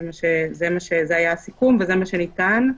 זה היה הסיכום וזה מה שניתן.